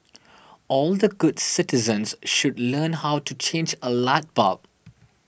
all the good citizens should learn how to change a light bulb